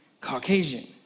Caucasian